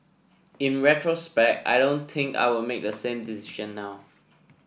in retrospect I don't think I would make a same decision now